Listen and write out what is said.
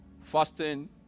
Fasting